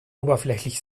oberflächlich